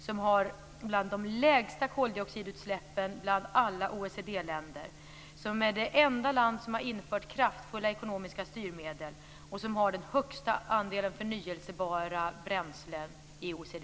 Sverige har bland de lägsta koldioxidutsläppen bland alla OECD-länder, Sverige är det enda land som har infört kraftiga ekonomiska styrmedel, och Sverige har den högsta andelen förnyelsebara bränslen i OECD.